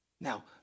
Now